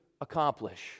accomplish